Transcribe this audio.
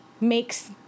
makes